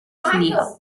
clear